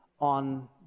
on